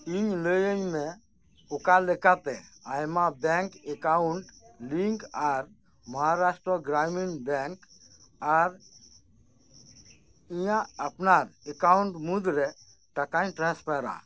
ᱤᱧ ᱞᱟᱹᱭᱟᱹᱧ ᱢᱮ ᱚᱠᱟ ᱞᱮᱠᱟᱛᱮ ᱟᱭᱢᱟ ᱵᱮᱝᱠ ᱮᱠᱟᱣᱩᱱᱴ ᱞᱤᱝᱠ ᱟᱨ ᱢᱚᱦᱟᱨᱟᱥᱴᱨᱚ ᱜᱽᱨᱟᱢᱤᱱ ᱵᱮᱝᱠ ᱟᱨ ᱤᱧᱟᱹᱜ ᱟᱯᱱᱟᱨ ᱮᱠᱟᱣᱩᱱᱴ ᱢᱩᱫᱽᱨᱮ ᱴᱟᱠᱟᱧ ᱴᱨᱟᱱᱥᱯᱷᱟᱨᱟ